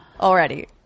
already